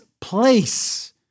place